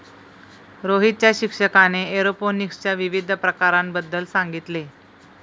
रोहितच्या शिक्षकाने एरोपोनिक्सच्या विविध प्रकारांबद्दल सांगितले